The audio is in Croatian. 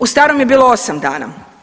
U starom je bilo 8 dana.